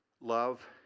love